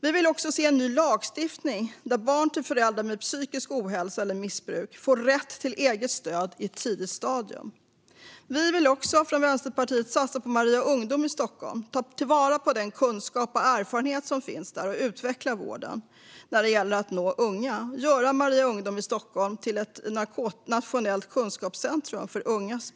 Vi vill också se en ny lagstiftning där barn till föräldrar med psykisk ohälsa eller missbruk får rätt till eget stöd i ett tidigt stadium. Vi från Vänsterpartiet vill också satsa på Maria Ungdom i Stockholm och göra det till ett nationellt kunskapscenter för ungas beroende genom att ta till vara den kunskap och erfarenhet som finns där och utveckla vården när det gäller att nå unga.